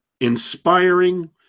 inspiring